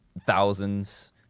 thousands